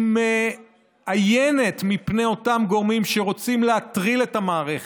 היא מאיימת מפני אותם גורמים שרוצים להטריל את המערכת,